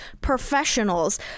professionals